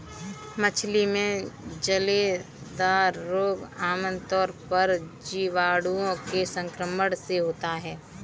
मछली में जलोदर रोग आमतौर पर जीवाणुओं के संक्रमण से होता है